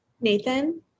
Nathan